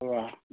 hello